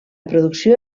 producció